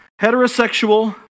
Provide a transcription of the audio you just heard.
heterosexual